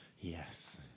Yes